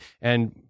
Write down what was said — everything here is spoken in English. and-